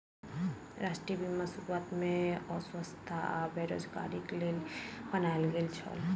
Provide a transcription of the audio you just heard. राष्ट्रीय बीमा शुरुआत में अस्वस्थता आ बेरोज़गारीक लेल बनायल गेल छल